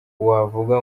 wavuga